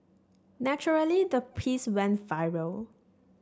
naturally the piece went viral